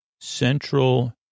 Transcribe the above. Central